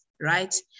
right